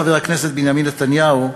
חבר הכנסת בנימין נתניהו,